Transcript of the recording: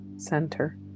center